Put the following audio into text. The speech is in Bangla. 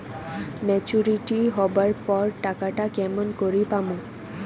মেচুরিটি হবার পর টাকাটা কেমন করি পামু?